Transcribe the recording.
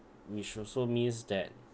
which also means that